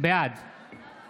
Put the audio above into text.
נגד גלית דיסטל